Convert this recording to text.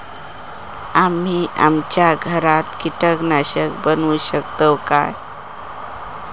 आम्ही आमच्या घरात कीटकनाशका बनवू शकताव काय?